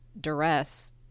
duress